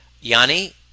Yanni